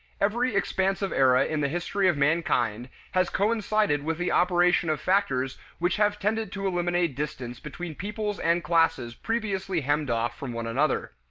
every expansive era in the history of mankind has coincided with the operation of factors which have tended to eliminate distance between peoples and classes previously hemmed off from one another.